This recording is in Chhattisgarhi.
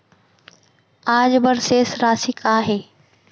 आज बर शेष राशि का हे?